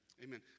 Amen